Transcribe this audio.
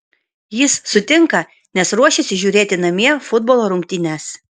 jis sutinka nes ruošiasi žiūrėti namie futbolo rungtynes